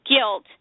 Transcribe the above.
guilt